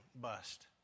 bust